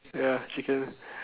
ya chicken